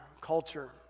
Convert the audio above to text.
culture